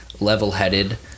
level-headed